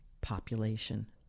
population